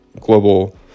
global